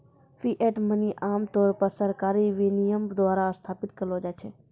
fiat money आम तौर पर सरकारी विनियमन द्वारा स्थापित करलो जाय छै